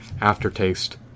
aftertaste